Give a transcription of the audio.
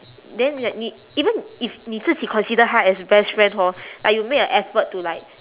then like 你 even if 你自己 consider 她 as best friend hor like you make a effort to like